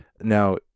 Now